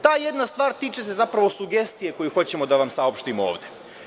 Ta jedna stvar tiče se zapravo sugestije koju hoćemo da vam saopštimo ovde.